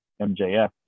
MJF